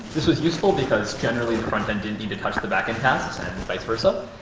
this was useful, because generally, the frontend didn't need to touch the backend tasks and vice versa.